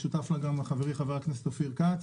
שותף לה גם חברי חבר הכנסת אופיר כץ,